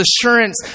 assurance